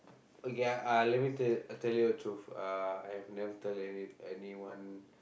okay uh let me tell you tell you a truth uh I have never tell any~ anyone